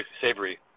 savory